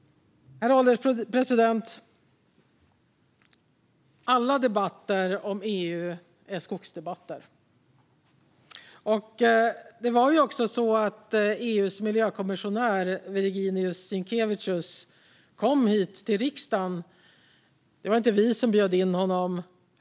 Herr ålderspresident! Alla debatter om EU är skogsdebatter. EU:s miljökommissionär Virginijus Sinkevicius kom ju hit till riksdagen, men det var inte vi som bjöd in honom.